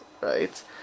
right